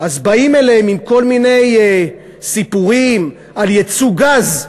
אז באים אליהם עם כל מיני סיפורים על ייצוא גז.